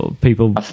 People